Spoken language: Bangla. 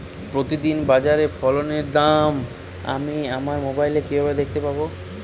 প্রতিদিন বাজারে ফসলের দাম আমি আমার মোবাইলে কিভাবে দেখতে পাব?